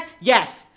Yes